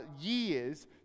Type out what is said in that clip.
years